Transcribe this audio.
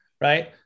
right